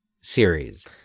series